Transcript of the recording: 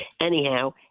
Anyhow